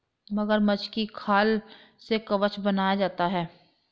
मगरमच्छ की खाल से कवच बनाया जाता है